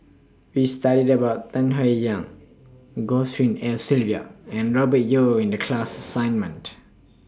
We studied about Tan Howe Yang Goh Tshin En Sylvia and Robert Yeo in The class assignment